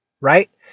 right